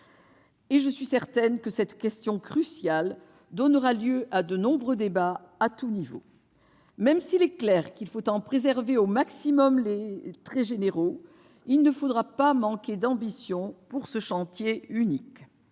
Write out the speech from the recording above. Je suis certaine que cette question cruciale donnera lieu à de nombreux débats à tout niveau. Même s'il est clair qu'il faut préserver au maximum les traits généraux de l'édifice, il ne faudra pas manquer d'ambition pour ce chantier unique.